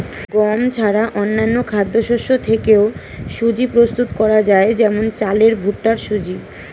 গম ছাড়া অন্যান্য খাদ্যশস্য থেকেও সুজি প্রস্তুত করা যায় যেমন চালের ভুট্টার সুজি